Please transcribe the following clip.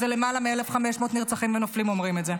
זה למעלה מ-1,500 נרצחים ונופלים אומרים את זה.